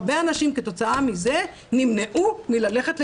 הרבה אנשים כתוצאה מזה נמנעו מללכת לטיפול,